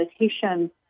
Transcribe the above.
meditation